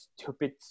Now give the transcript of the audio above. stupid